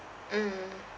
mm